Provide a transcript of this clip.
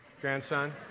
grandson